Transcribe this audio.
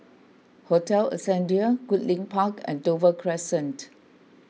Hotel Ascendere Goodlink Park and Dover Crescent